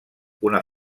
una